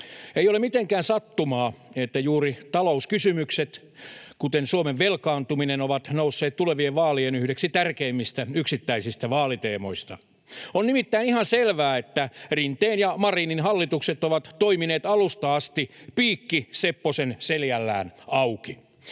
Ei ole mitenkään sattumaa, että juuri talouskysymykset, kuten Suomen velkaantuminen, ovat nousseet tulevien vaalien yhdeksi tärkeimmistä yksittäisistä vaaliteemoista. On nimittäin ihan selvää, että Rinteen ja Marinin hallitukset ovat toimineet alusta asti piikki sepposen seljällään auki.